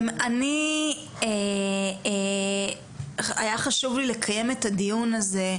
אני היה חשוב לי לקיים את הדיון הזה,